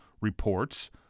reports